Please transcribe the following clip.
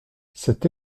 cette